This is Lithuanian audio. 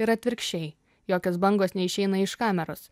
ir atvirkščiai jokios bangos neišeina iš kameros